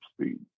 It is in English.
Speed